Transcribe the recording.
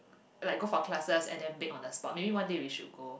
like go for classes and then bake on the spot maybe one day we should go